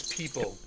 people